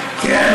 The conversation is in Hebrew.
כן,